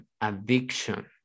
addiction